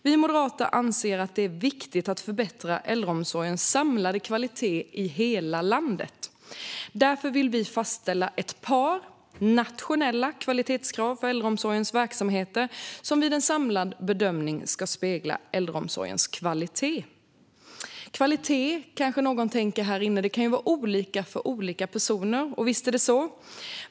Vi moderater anser att det är viktigt att förbättra äldreomsorgens samlade kvalitet i hela landet. Vi vill därför fastställa ett par nationella kvalitetskrav för äldreomsorgens verksamheter som vid en samlad bedömning ska spegla äldreomsorgens kvalitet. Någon här inne tänker kanske att kvalitet kan vara olika för olika personer. Och visst är det så.